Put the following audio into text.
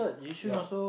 yeah